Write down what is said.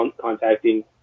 contacting